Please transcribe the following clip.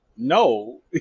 No